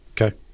Okay